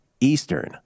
Eastern